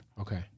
Okay